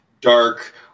dark